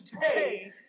pay